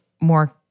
more